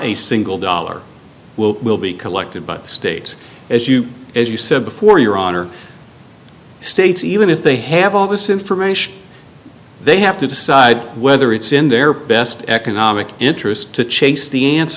a single dollar will will be collected by the states as you as you said before your honor states even if they have all this information they have to decide whether it's in their best economic interest to chase the a